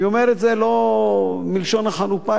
אני אומר את זה לא בלשון החנופה,